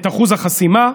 את אחוז החסימה,